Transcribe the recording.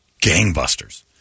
gangbusters